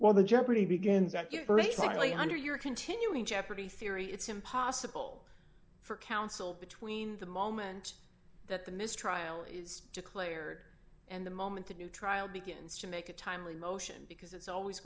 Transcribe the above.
while the jeopardy begins at your break likely under your continuing jeopardy theory it's impossible for counsel between the moment that the mistrial is declared and the moment a new trial begins to make a timely motion because it's always